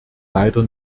leider